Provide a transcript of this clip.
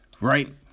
right